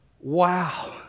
Wow